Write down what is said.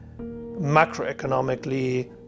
macroeconomically